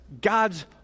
God's